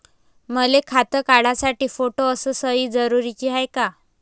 मले खातं काढासाठी फोटो अस सयी जरुरीची हाय का?